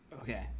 Okay